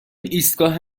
ایستگاه